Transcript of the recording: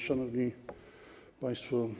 Szanowni Państwo!